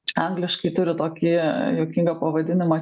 čia angliškai turi tokį juokingą pavadinimą